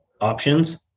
options